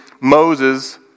Moses